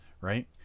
Right